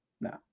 No